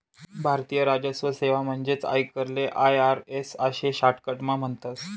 भारतीय राजस्व सेवा म्हणजेच आयकरले आय.आर.एस आशे शाटकटमा म्हणतस